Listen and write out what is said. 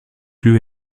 lieu